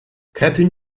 captain